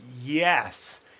yes